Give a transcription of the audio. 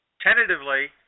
tentatively